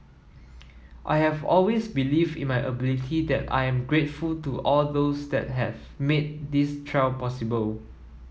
I have always believed in my ability and I am grateful to all those that have made this trial possible